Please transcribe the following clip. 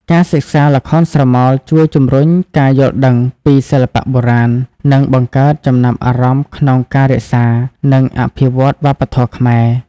ការសិក្សាល្ខោនស្រមោលជួយជំរុញការយល់ដឹងពីសិល្បៈបុរាណ និងបង្កើតចំណាប់អារម្មណ៍ក្នុងការរក្សា និងអភិវឌ្ឍវប្បធម៌ខ្មែរ។